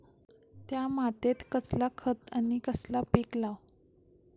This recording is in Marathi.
त्या मात्येत कसला खत आणि कसला पीक लाव?